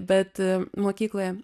bet mokykloje